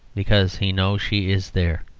because he knows she is there.